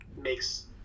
makes